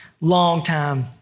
longtime